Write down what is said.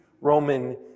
Roman